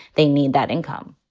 they need that income